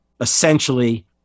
essentially